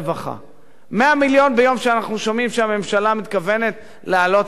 100 מיליון ביום שאנחנו שומעים שהממשלה מתכוונת להעלות את מס ערך מוסף,